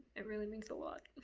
it really means a lot.